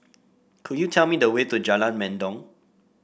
could you tell me the way to Jalan Mendong